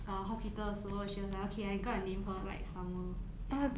uh hospital 的时候 she was like okay I got a name for her like summer ya